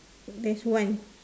there's one